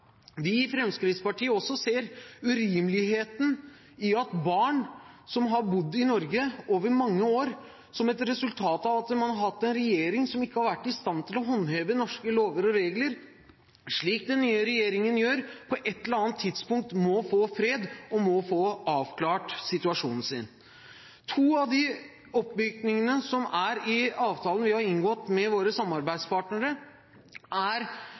Vi i Fremskrittspartiet ser også urimeligheten i at barn som har bodd i Norge over mange år, som et resultat av at man har hatt en regjering som ikke har vært i stand til å håndheve norske lover og regler – slik den nye regjeringen gjør – på et eller annet tidspunkt må få fred og må få avklart situasjonen sin. To av de oppmykningene som er i avtalen vi har inngått med våre samarbeidspartnere, er